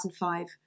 2005